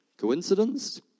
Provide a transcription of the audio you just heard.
Coincidence